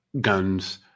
guns